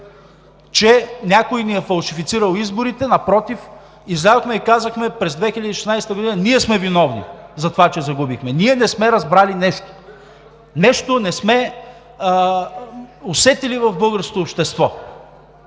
че някой ни е фалшифицирал изборите! Напротив, излязохме и казахме: през 2016 г. ние сме виновни за това, че загубихме, ние не сме разбрали нещо. Нещо не сме усетили в българското общество.